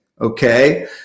okay